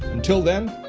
until then,